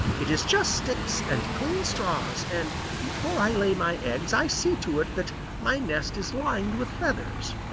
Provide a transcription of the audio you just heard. it is just sticks and clean straws, and before i lay my eggs i see to it that my nest is lined with feathers.